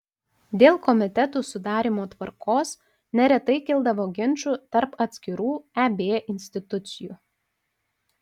dėl komitetų sudarymo tvarkos neretai kildavo ginčų tarp atskirų eb institucijų